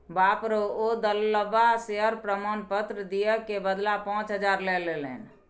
बाप रौ ओ दललबा शेयर प्रमाण पत्र दिअ क बदला पाच हजार लए लेलनि